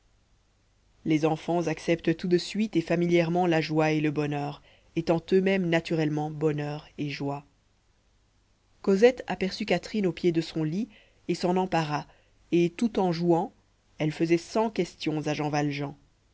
les enfants acceptent tout de suite et familièrement la joie et le bonheur étant eux-mêmes naturellement bonheur et joie cosette aperçut catherine au pied de son lit et s'en empara et tout en jouant elle faisait cent questions à jean valjean